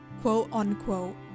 quote-unquote